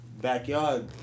backyard